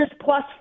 plus